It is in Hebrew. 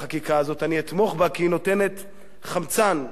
אני אתמוך בה כי היא נותנת חמצן נוסף,